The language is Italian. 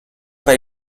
tra